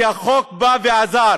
כי החוק עזר